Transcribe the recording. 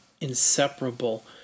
inseparable